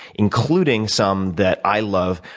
including some that i love,